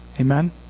Amen